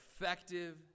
effective